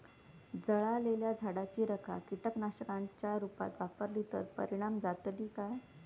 जळालेल्या झाडाची रखा कीटकनाशकांच्या रुपात वापरली तर परिणाम जातली काय?